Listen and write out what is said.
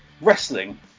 Wrestling